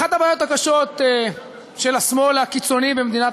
אחת הבעיות הקשות של השמאל הקיצוני במדינת